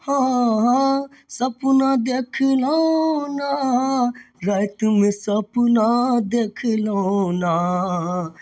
हँऽ सपना देखलहुँ ने रातिमे सपना देखलहुँ ने